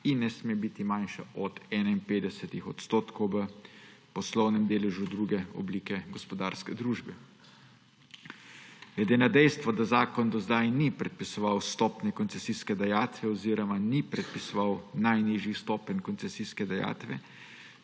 in ne sme biti manjši od 51 % v poslovnem deležu druge oblike gospodarske družbe. Glede na dejstvo, da zakon do zdaj ni predpisoval stopnje koncesijske dajatve oziroma ni predpisoval najnižjih stopenj koncesijske dajatve,